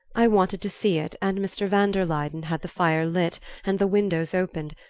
i wanted to see it, and mr. van der luyden had the fire lit and the windows opened,